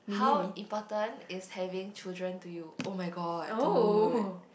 how important is having children to you oh-my-god dude